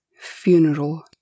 funeral